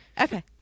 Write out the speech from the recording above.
okay